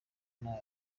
nabi